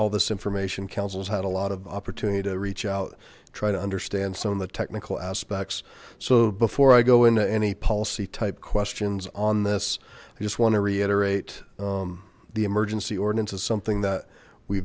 all this information councils had a lot of opportunity to reach out try to understand some of the technical aspects so before i go into any policy type questions on this i just want to reiterate the emergency ordinance is something that we